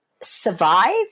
survive